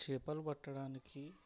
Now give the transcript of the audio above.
చేపలు పట్టడానికి